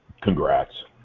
congrats